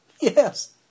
Yes